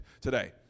today